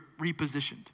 repositioned